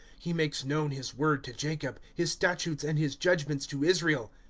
he makes known his word to jacob, his statutes and his judgments to israel.